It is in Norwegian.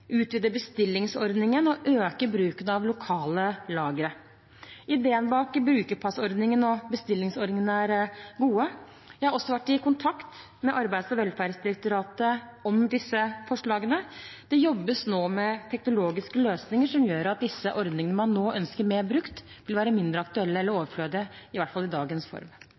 bestillingsordningen og å øke bruken av lokale lagre. Ideen bak brukerpassordningen og bestillingsordningen er god. Jeg har også vært i kontakt med Arbeids- og velferdsdirektoratet om disse forslagene. Det jobbes nå med teknologiske løsninger som gjør at disse ordningene man nå ønsker mer brukt, vil være mindre aktuelle eller overflødige – i hvert fall i dagens form.